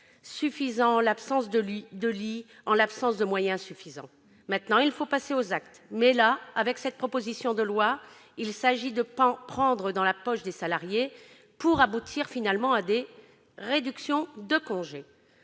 personnels, de lits et de moyens suffisants. Maintenant il faut passer aux actes ! Mais, là, avec cette proposition de loi, il s'agit de prendre dans la poche des salariés pour aboutir finalement à des réductions de congé.